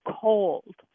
cold